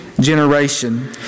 generation